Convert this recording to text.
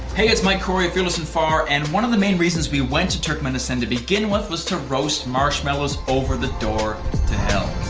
hey, it's mike corey of fearless and far and one of the main reason we went to turkmenistan to begin with was to roast marshmallows over the door to hell.